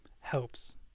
helps